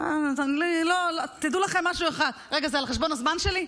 על חשבון הזמן שלי?